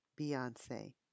Beyonce